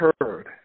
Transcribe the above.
heard